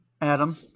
Adam